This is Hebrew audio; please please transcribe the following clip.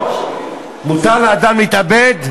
מותר לאדם להתאבד?